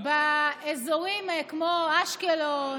באזורים כמו אשקלון.